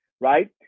Right